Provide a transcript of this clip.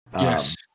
Yes